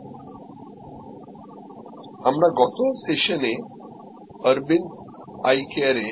যদিওআমরা গত সেশানে Aravind eye care এ